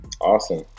Awesome